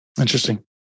Interesting